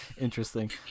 interesting